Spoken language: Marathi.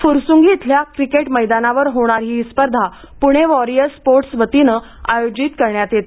फुरसुंगी इथल्या क्रिकेट मैदानावर होणारी ही स्पर्धा पुणे वॉरिअर्स स्पोर्टच्या वतीने आयोजित करण्यात येते